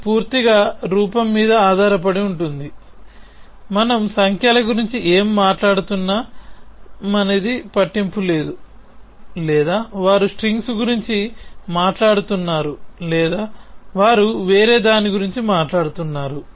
ఇది పూర్తిగా రూపం మీద ఆధారపడి ఉంటుంది మనం సంఖ్యల గురించి ఏమి మాట్లాడుతున్నామనేది పట్టింపు లేదు లేదా వారు స్ట్రింగ్స్ గురించి మాట్లాడుతున్నారు లేదా వారు వేరే దాని గురించి మాట్లాడుతున్నారు